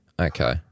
Okay